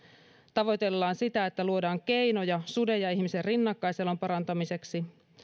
tavoitellaan sitä että luodaan keinoja suden ja ihmisen rinnakkaiselon parantamiseksi